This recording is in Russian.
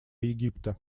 египта